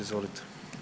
Izvolite.